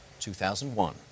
2001